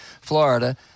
Florida